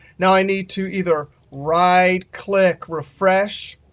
now i need to either right-click, refresh,